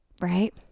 right